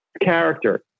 character